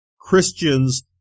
Christians